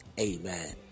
Amen